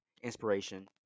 Inspiration